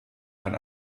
ein